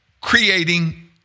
creating